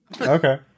Okay